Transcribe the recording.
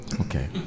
Okay